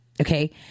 okay